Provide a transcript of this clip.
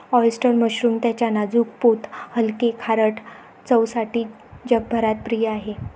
oyster mushroom त्याच्या नाजूक पोत हलके, खारट चवसाठी जगभरात प्रिय आहे